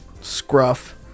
scruff